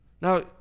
now